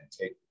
take